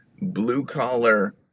blue-collar